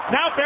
Now